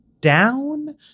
down